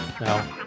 No